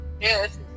yes